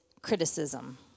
criticism